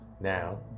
Now